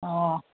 ꯑꯣ